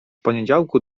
poniedziałku